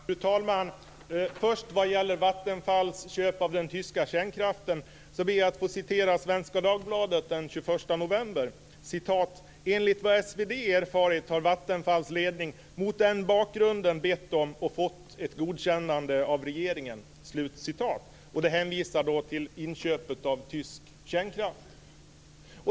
Fru talman! När det för det första gäller Vattenfalls köp av den tyska kärnkraften ber jag att få citera Svenska Dagbladet från den 21 november: "Enligt vad SvD erfarit har Vattenfalls ledning mot den bakgrunden bett om och fått ett godkännande av regeringen." Detta syftar alltså på inköpet av tysk kärnkraft.